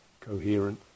coherent